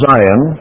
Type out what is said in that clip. Zion